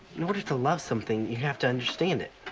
in order to love something you have to understand it.